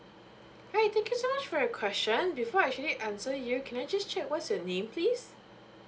hi thank you so much for your question before I actually answer you can I just check what's your name please